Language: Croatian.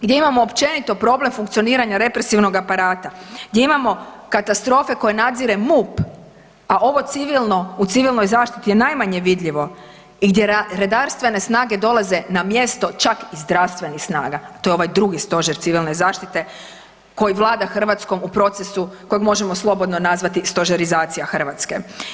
Gdje imamo općenito problem funkcioniranje represivnog aparata, gdje imamo katastrofe koje nadzire MUP, a ovo civilno u civilnoj zaštiti je najmanje vidljivo i gdje redarstvene snage dolaze na mjesto čak i zdravstvenih snaga, to je ovaj drugi Stožer civilne zaštite koji vlada Hrvatskom u procesu kojeg možemo slobodno nazvati stožerizacija Hrvatske.